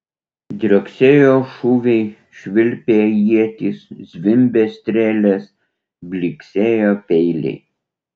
drioksėjo šūviai švilpė ietys zvimbė strėlės blyksėjo peiliai